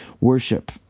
Worship